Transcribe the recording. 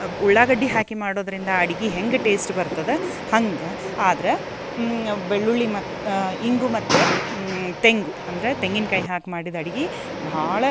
ಉಳ್ಳಾಗಡ್ಡೆ ಹಾಕಿ ಮಾಡೋದರಿಂದ ಅಡ್ಗೆ ಹೆಂಗೆ ಟೇಸ್ಟ್ ಬರ್ತದೆ ಹಂಗೆ ಆದ್ರೆ ಬೆಳ್ಳುಳ್ಳಿ ಮ ಇಂಗು ಮತ್ತು ತೆಂಗು ಅಂದ್ರೆ ತೆಂಗಿನಕಾಯಿ ಹಾಕಿ ಮಾಡಿದ ಅಡಿಗೆ ಭಾಳ